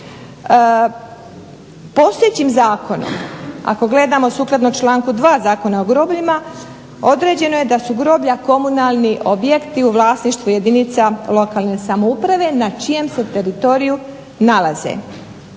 postojećim zakonom ako gledamo sukladno članku 2. Zakona o grobljima određeno je da su groblja komunalni objekti u vlasništvu jedinica lokalne samouprave na čijem se teritoriju nalaze.